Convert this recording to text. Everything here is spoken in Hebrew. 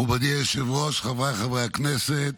מכובדי היושב-ראש, חבריי חברי הכנסת,